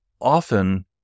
Often